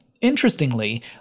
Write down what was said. Interestingly